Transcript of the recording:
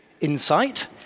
insight